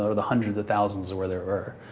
ah the hundreds of thousands where there were.